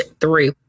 three